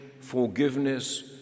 forgiveness